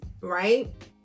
right